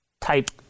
Type